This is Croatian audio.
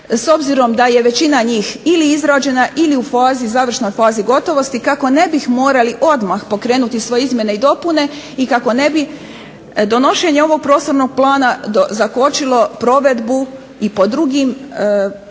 s obzirom da je većina njih ili izrađena ili u završnoj fazi gotovosti kako ne bi morali odmah pokrenuti svoje izmjene i dopune i kako ne bi donošenje ovog prostornog plana zakočilo provedbu i po drugim dijelovima